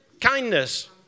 Kindness